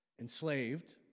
enslaved